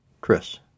Chris